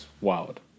wild